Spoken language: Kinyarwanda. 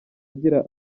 agira